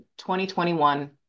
2021